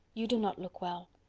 you do not look well.